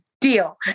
deal